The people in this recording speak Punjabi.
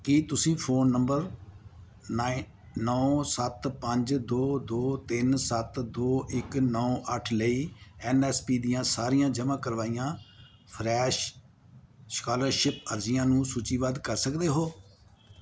ਕੀ ਤੁਸੀਂ ਫ਼ੋਨ ਨੰਬਰ ਨਾਈਨ ਨੌਂ ਸੱਤ ਪੰਜ ਦੋ ਦੋ ਤਿੰਨ ਸੱਤ ਦੋ ਇੱਕ ਨੌਂ ਅੱਠ ਲਈ ਐਨ ਐਸ ਪੀ ਦੀਆਂ ਸਾਰੀਆਂ ਜਮ੍ਹਾਂ ਕਰਵਾਈਆਂ ਫਰੈਸ਼ ਸਕਾਲਰਸ਼ਿਪ ਅਰਜ਼ੀਆਂ ਨੂੰ ਸੂਚੀਬੱਧ ਕਰ ਸਕਦੇ ਹੋ